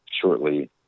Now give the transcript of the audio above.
shortly